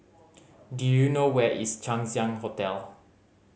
do you know where is Chang Ziang Hotel